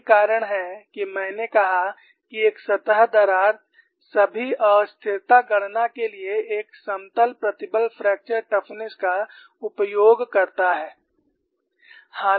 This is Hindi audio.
यही कारण है कि मैंने कहा कि एक सतह दरार सभी अस्थिरता गणना के लिए एक समतल प्रतिबल फ्रैक्चर टफनेस का उपयोग करता है